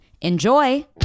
Enjoy